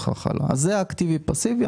זה אקטיבי ופסיבי,